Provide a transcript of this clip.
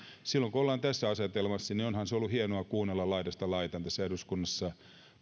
silloin kun ollaan tässä asetelmassa niin onhan se ollut hienoa kuunnella laidasta laitaan tässä eduskunnassa